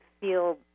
feel